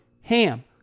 HAM